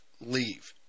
leave